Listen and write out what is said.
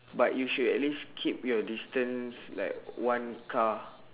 but you should at least keep your distance like one car